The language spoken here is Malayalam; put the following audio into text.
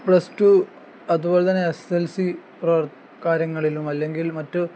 പ്ലസ് ടു അതുപോലെ തന്നെ എസ് എൽ സി പ്ര കാര്യങ്ങളിലും അല്ലെങ്കിൽ മറ്റ്